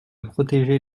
protéger